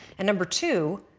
and number two,